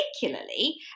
particularly